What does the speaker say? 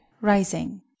rising